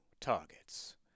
targets